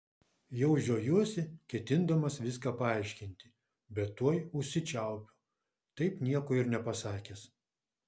jau žiojuosi ketindamas viską paaiškinti bet tuoj užsičiaupiu taip nieko ir nepasakęs